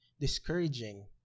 discouraging